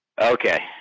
Okay